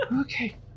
Okay